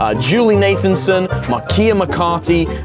ah julie nathanson, markeia mccarty,